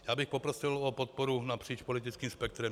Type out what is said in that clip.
Já bych poprosil o podporu napříč politickým spektrem.